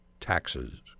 taxes